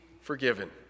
forgiven